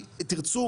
אם תרצו,